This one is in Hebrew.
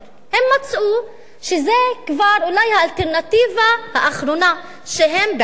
הם מצאו שזו כבר אולי האלטרנטיבה האחרונה שהם בעצמם,